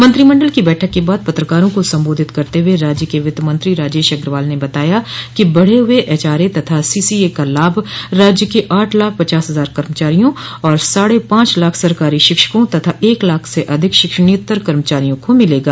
मंत्रिमंडल की बैठक के बाद पत्रकारों को संबोधित करते हुए राज्य के वित्त मंत्री राजेश अग्रवाल ने बताया कि बढ़े हुए एचआरए तथा सीसीए का लाभ राज्य के आठ लाख पचास हजार कर्मचारियों और साढ़े पांच लाख सरकारी शिक्षकों तथा एक लाख से अधिक शिक्षणत्तर कर्मचारियों को मिलेगा